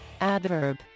adverb